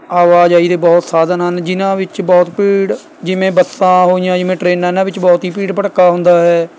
ਆਵਾਜਾਈ ਦੇ ਬਹੁਤ ਸਾਧਨ ਹਨ ਜਿਨ੍ਹਾਂ ਵਿੱਚ ਬਹੁਤ ਭੀੜ ਜਿਵੇਂ ਬੱਸਾਂ ਹੋਈਆਂ ਜਿਵੇਂ ਟਰੇਨਾਂ ਇਨ੍ਹਾਂ ਵਿੱਚ ਬਹੁਤ ਹੀ ਭੀੜ ਭੜੱਕਾ ਹੁੰਦਾ ਹੈ